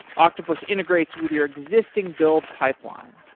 octopus integrates with your existing build pipeline,